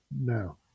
No